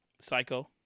Psycho